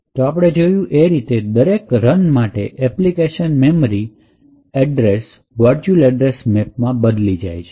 તો આપણે જોયું એ રીતે દરેક રન માટે application memory address virtual address map બદલી જાય છે